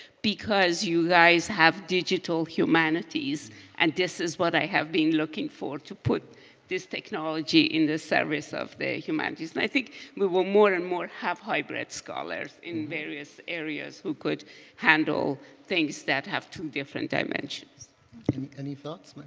because you guys have digital humanities and this is what i have been looking for, to put this technology in the service of the humanities. and i think we have more and more hybrid scholars in various areas who could handle things that have two different dimensions any thoughts? but